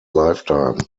lifetime